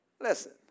Listen